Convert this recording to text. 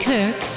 Kirk